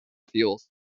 fuels